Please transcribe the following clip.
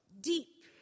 deep